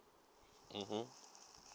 mmhmm